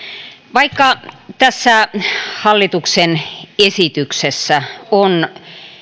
vaikka tässä hallituksen esityksessä on